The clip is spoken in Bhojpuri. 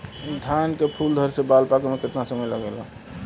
धान के फूल धरे से बाल पाके में कितना समय लागेला?